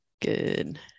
Good